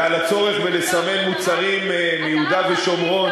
ועל הצורך לסמן מוצרים מיהודה ושומרון,